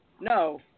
No